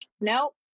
nope